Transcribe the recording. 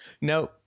no